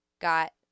got